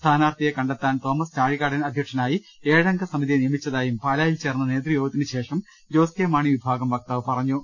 സ്ഥാനാർത്ഥിയെ കണ്ടെത്താൻ തോമസ് ചാഴികാടൻ അധ്യക്ഷനായി ഏഴംഗ സമിതിയെ നിയമി ച്ചതായും പാലായിൽ ചേർന്ന നേതൃയോഗത്തിനു ശേഷം ജോസ് കെ മാണി വിഭാഗം വക്താവ് പറഞ്ഞു